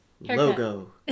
Logo